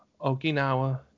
Okinawa